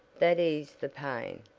that eased the pain,